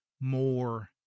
more